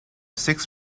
six